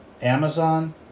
Amazon